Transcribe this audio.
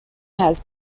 has